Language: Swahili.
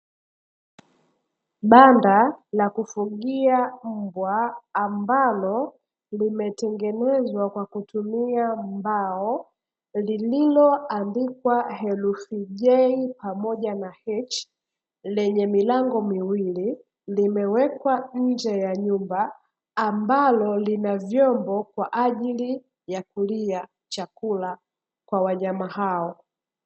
Banda la kufugia mbwa ambalo limetengenezwa kwa kutumia mbao, lililoandikwa herufi "J" pamoja na "H", lenye milango miwili limewekwa nje ya nyumba, ambalo lina vyombo kwa ajili ya kulia chakula kwa wanyama hao.